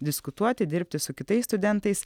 diskutuoti dirbti su kitais studentais